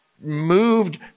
moved